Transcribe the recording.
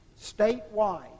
statewide